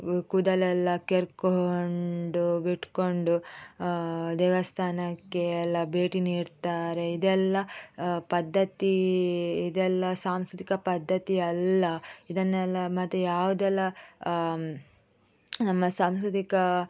ಕೂದಲೆಲ್ಲ ಕೆರಕೊಂಡು ಬಿಟ್ಟುಕೊಂಡು ದೇವಸ್ಥಾನಕ್ಕೆ ಎಲ್ಲ ಭೇಟಿ ನೀಡ್ತಾರೆ ಇದೆಲ್ಲ ಪದ್ಧತಿ ಇದೆಲ್ಲ ಸಾಂಸ್ಕೃತಿಕ ಪದ್ದತಿ ಅಲ್ಲ ಇದನ್ನೆಲ್ಲ ಮತ್ತು ಯಾವುದೆಲ್ಲ ನಮ್ಮ ಸಾಂಸ್ಕೃತಿಕ